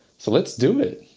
so let's do it!